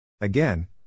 Again